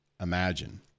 imagine